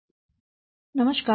શુભ બપોર